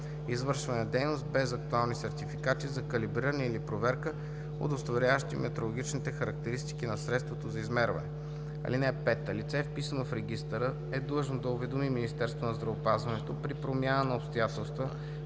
извършване на дейност без актуални сертификати за калибриране или проверка, удостоверяващи метрологичните характеристики на средството за измерване. (5) Лице, вписано в регистъра, е длъжно да уведоми Министерството на здравеопазването при промяна на обстоятелства